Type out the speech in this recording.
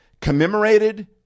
commemorated